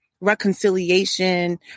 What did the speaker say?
reconciliation